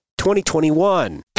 2021